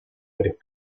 varios